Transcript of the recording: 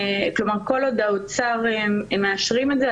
כלומר כל עוד האוצר מאשרים את זה,